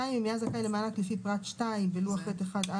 (2)אם היה זכאי למענק לפי פרט (2) בלוח ח'1א,